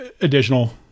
additional